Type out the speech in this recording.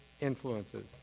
influences